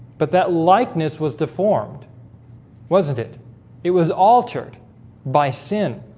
but that likeness was deformed wasn't it it was altered by sin?